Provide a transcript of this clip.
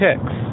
picks